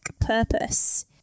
purpose